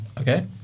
okay